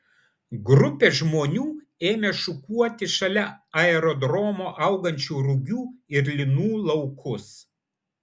grupė žmonių ėmė šukuoti šalia aerodromo augančių rugių ir linų laukus